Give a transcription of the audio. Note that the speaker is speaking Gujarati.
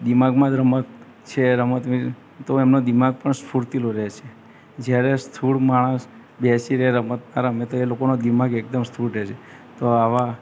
દિમાગમાં જ રમત છે રમતની તો એમનો દિમાગ પણ સ્ફૂર્તિલુ રહે છે જ્યારે સ્થૂળ માણસ બેસી રહે રમત ના રમે તો એ લોકોનું દિમાગ એકદમ સ્થૂળ રે છે તો આવા